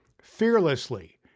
fearlessly